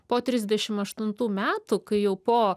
po trisdešim aštuntų metų kai jau po